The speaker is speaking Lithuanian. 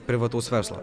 privataus verslo